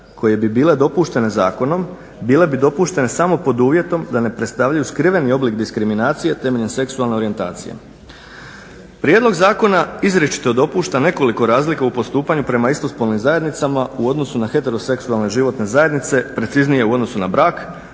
koje bi bile dopuštene zakonom bile bi dopuštene samo pod uvjetom da ne predstavljaju skriveni oblik diskriminacije temeljem seksualne orijentacije. Prijedlog zakona izričito dopušta nekoliko razlika u postupanju prema istospolnim zajednicama u odnosu na heteroseksualne životne zajednice, preciznije u odnosu na brak